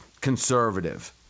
conservative